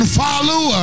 follow